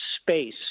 space